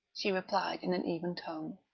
she replied in an even tone.